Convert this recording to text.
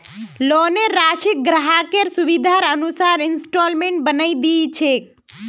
लोनेर राशिक ग्राहकेर सुविधार अनुसार इंस्टॉल्मेंटत बनई दी छेक